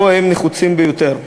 במקום שבו הם נחוצים ביותר.